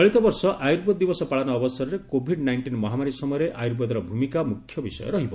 ଚଳିତ ବର୍ଷ ଆୟୁର୍ବେଦ ଦିବସ ପାଳନ ଅବସରରେ କୋଭିଡ୍ ନାଇକ୍ଜିନ୍ ମହାମାରୀ ସମୟରେ ଆୟୁର୍ବେଦର ଭୂମିକା ମୁଖ୍ୟ ବିଷୟ ରହିବ